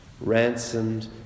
ransomed